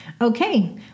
Okay